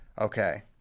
Okay